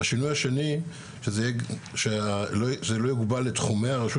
והשינוי השני שזה לא יוגבל לתחומי הרשות